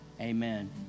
amen